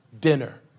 dinner